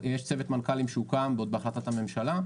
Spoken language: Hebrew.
יש צוות מנכ"לים שהוקם, ועוד בהחלטת הממשלה.